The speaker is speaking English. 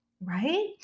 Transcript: right